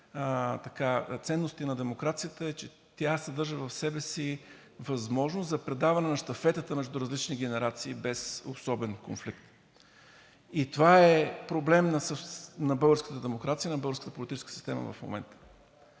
ценности на демокрацията е, че тя съдържа в себе си възможност за предаване на щафетата между различни генерации без особен конфликт. Това е проблем на българската демокрация, на българската политическа система в момента.